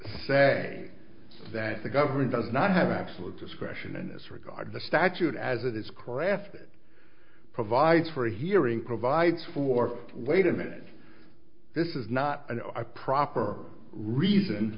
say that the government does not have absolute discretion in this regard the statute as it is craft that provides for a hearing provides for wait a minute this is not a proper reason